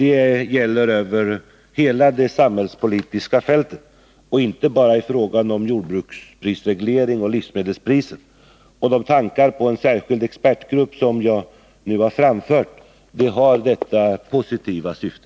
Det gäller över hela det samhällspolitiska fältet och inte bara i frågan om jordbruksprisreglering och livsmedelspriser. De tankar på en särskild expertgrupp som jag nu har framfört har detta positiva syfte.